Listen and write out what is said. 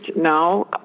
now